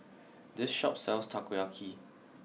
this shop sells Takoyaki